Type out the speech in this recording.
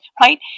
right